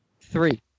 Three